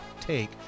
take